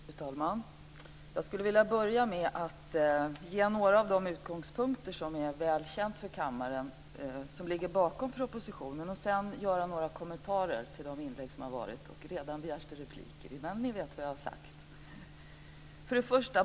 Fru talman! Jag skulle vilja börja med några av de utgångspunkter som ligger bakom propositionen och som är välkända för kammaren och sedan göra några kommentarer till de inlägg som har varit.